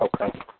Okay